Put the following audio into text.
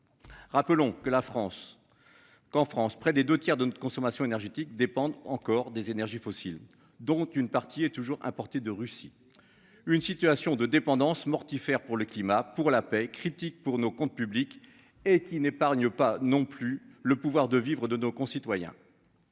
France. Qu'en France. Près des 2 tiers de notre consommation énergétique dépendent encore des énergies fossiles, dont une partie est toujours portée de Russie. Une situation de dépendance mortifère pour le climat pour la paix. Critique pour nos comptes publics et qui n'épargne pas non plus le pouvoir de vivres de nos concitoyens.